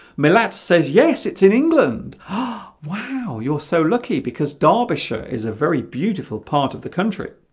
millets says yes it's in england ah wow you're so lucky because derbyshire is a very beautiful part of the country